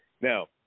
Now